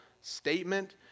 statement